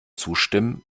zustimmt